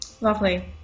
lovely